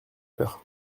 peur